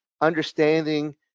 understanding